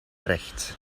recht